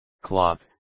cloth